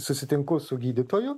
susitinku su gydytoju